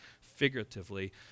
figuratively